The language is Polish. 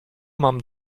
mam